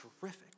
terrific